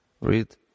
read